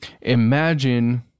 Imagine